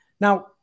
Now